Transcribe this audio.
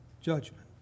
judgment